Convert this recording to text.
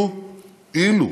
אילו,